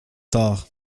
tard